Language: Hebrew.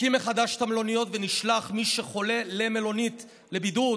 נקים מחדש את המלוניות ונשלח מי שחולה למלונית לבידוד,